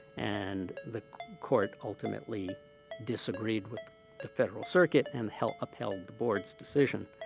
and the court ultimately disagreed with the federal circuit and held upheld the board's decision.